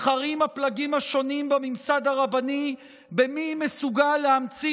מתחרים הפלגים השונים בממסד הרבני מי מסוגל להמציא